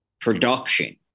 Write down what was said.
production